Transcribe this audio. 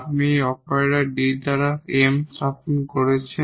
আপনি operator d দ্বারা m স্থাপন করছেন